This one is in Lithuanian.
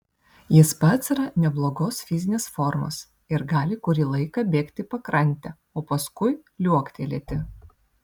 jis pats yra neblogos fizinės formos ir gali kurį laiką bėgti pakrante o paskui liuoktelėti